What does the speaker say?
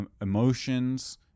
emotions